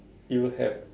you have